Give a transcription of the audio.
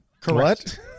Correct